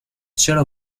چرا